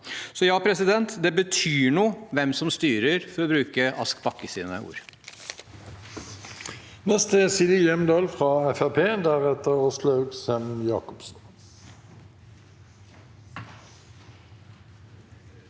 Så ja, det betyr noe hvem som styrer, for å bruke Ask Bakkes ord.